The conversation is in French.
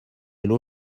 l’eau